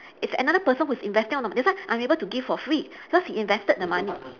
it's another person who's investing on the that's why I'm able to give for free because he invested the money